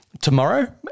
tomorrow